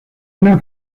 una